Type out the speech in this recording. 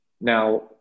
Now